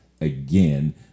again